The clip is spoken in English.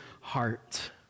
heart